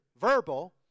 verbal